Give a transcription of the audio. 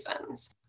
reasons